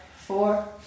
four